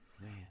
Man